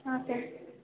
ಹಾಂ ಸರ್